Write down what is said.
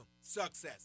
success